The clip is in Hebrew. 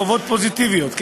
חובות פוזיטיביות.